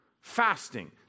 fasting